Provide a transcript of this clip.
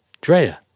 Drea